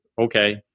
okay